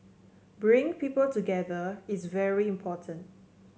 bringing people together is very important